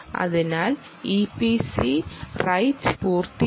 അതിനാൽ EPC right പൂർത്തിയായി